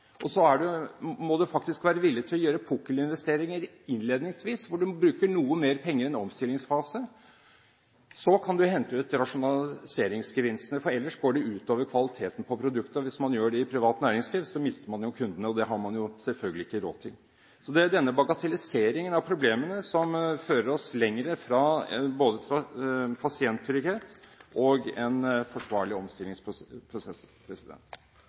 og så må du faktisk være villig til å gjøre pukkelinvesteringer innledningsvis, hvor du bruker noe mer penger i en omstillingsfase. Så kan du hente ut rasjonaliseringsgevinstene, for ellers går det ut over kvaliteten på produktet. Hvis man gjør det i privat næringsliv, mister man kundene, og det har man selvfølgelig ikke råd til. Det er denne bagatelliseringen av problemene som fører oss lenger bort fra både pasienttrygghet og en forsvarlig